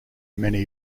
many